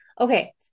Okay